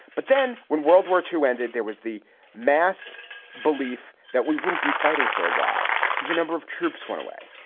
but then when world war two ended, there was the mass belief that we wouldn't be fighting for a while. so the number of troops went away.